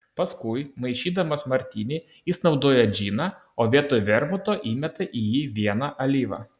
paskui maišydamas martinį jis naudoja džiną o vietoj vermuto įmeta į jį vieną alyvą